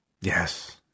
Yes